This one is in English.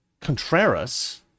Contreras